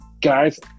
guys